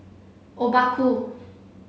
Obaku